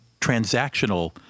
transactional